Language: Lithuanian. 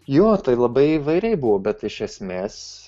jo tai labai įvairiai buvo bet iš esmės